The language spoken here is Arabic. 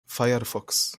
فَيَرفُكس